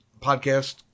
podcast